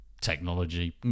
technology